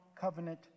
covenant